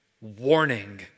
warning